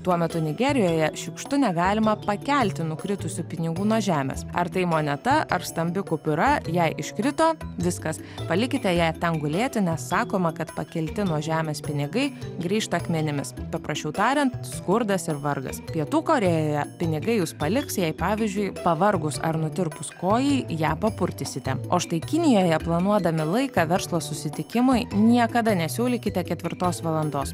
tuo metu nigerijoje šiukštu negalima pakelti nukritusių pinigų nuo žemės ar tai moneta ar stambi kupiūra jei iškrito viskas palikite ją ten gulėti nes sakoma kad pakelti nuo žemės pinigai grįžta akmenimis paprasčiau tariant skurdas ir vargas pietų korėjoje pinigai jus paliks jei pavyzdžiui pavargus ar nutirpus kojai ją papurtysite o štai kinijoje planuodami laiką verslo susitikimui niekada nesiūlykite ketvirtos valandos